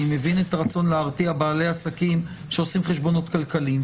אני מבין את הרצון להרתיע בעלי עסקים שעושים חשבונות כלכליים,